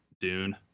Dune